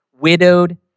widowed